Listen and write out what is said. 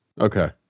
Okay